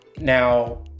Now